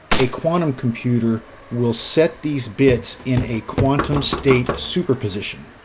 a quantum computer will set these bits in a quantum state superposition.